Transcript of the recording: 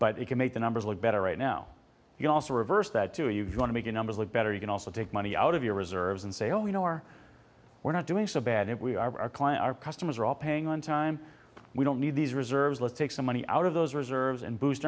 but it can make the numbers look better right now you also reverse that too you want to get numbers look better you can also take money out of your reserves and say oh you know or we're not doing so bad if we are our client our customers are all paying on time we don't need these reserves let's take some money out of those reserves and boost